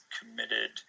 committed